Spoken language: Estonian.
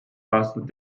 aastat